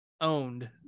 owned